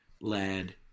lad